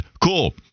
cool